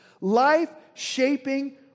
life-shaping